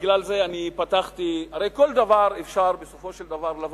בגלל זה פתחתי: הרי כל דבר אפשר להצדיק